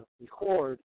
record